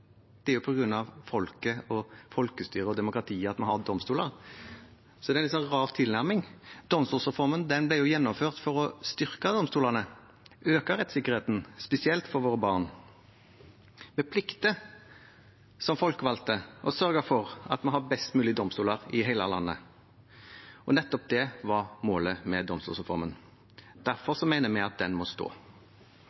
folket og folkestyret, demokratiet, at vi har domstoler, så det er en rar tilnærming. Domstolsreformen ble jo gjennomført for å styrke domstolene og øke rettssikkerheten, spesielt for våre barn. Vi plikter som folkevalgte å sørge for at vi har best mulig domstoler i hele landet, og nettopp det var målet med domstolsreformen. Derfor